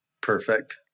perfect